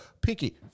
pinky